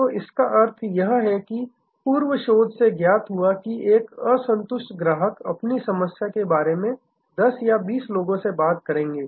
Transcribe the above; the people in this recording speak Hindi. तो इसका अर्थ यह है कि पूर्व शोध से ज्ञात हुआ कि एक असंतुष्ट ग्राहक अपनी समस्या के बारे में 10 से 20 लोगों से बात करेंगे